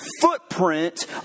footprint